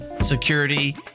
security